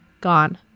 gone